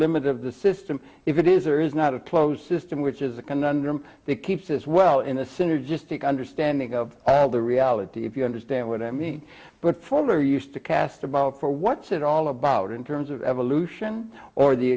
limit of the system if it is or is not a closed system which is a conundrum that keeps as well in a synergistic understanding of the reality if you understand what i mean but fuller used to cast about for what's it all about in terms of evolution or the